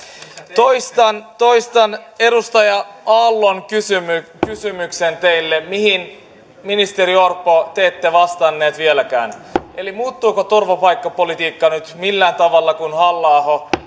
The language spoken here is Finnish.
toistan toistan edustaja aallon kysymyksen teille mihin ministeri orpo te ette vastanneet vieläkään eli muuttuuko turvapaikkapolitiikka nyt millään tavalla kun halla aho